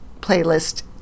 playlist